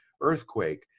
earthquake